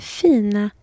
fina